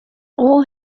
all